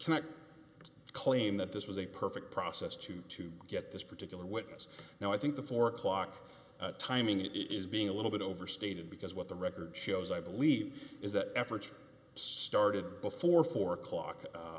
would not claim that this was a perfect process to to get this particular witness now i think the four o'clock timing is being a little bit overstated because what the record shows i believe is that effort started before four o'clock